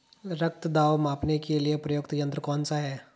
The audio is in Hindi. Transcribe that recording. रक्त दाब मापने के लिए प्रयुक्त यंत्र कौन सा है?